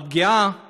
אני יודע שאין.